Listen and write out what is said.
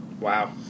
Wow